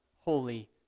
holy